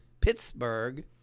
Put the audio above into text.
Pittsburgh